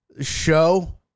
show